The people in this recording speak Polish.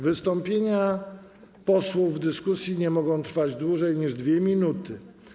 Wystąpienia posłów w dyskusji nie mogą trwać dłużej niż 2 minuty.